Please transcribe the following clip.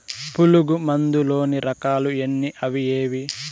పులుగు మందు లోని రకాల ఎన్ని అవి ఏవి?